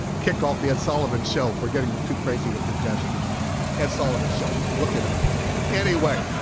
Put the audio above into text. kicked off the ed sullivan show for getting too crazy with the gestures ed sullivan show look it up anyway